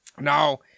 Now